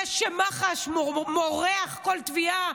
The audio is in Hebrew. זה שמח"ש מורחת כל תביעה,